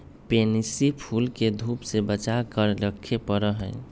pansy फूल के धूप से बचा कर रखे पड़ा हई